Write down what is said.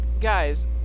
guys